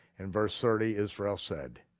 in verse thirty, israel said,